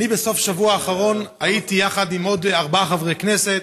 בסוף השבוע האחרון הייתי יחד עם עוד ארבעה חברי כנסת,